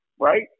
Right